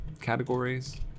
categories